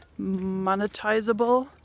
monetizable